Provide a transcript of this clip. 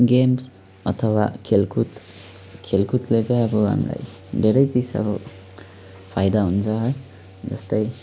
games अथवा खेलकुद खेलकुदले चाहिँ अब हामीलाई धेरै चिज अब फाइदा हुन्छ है जस्तै